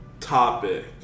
topic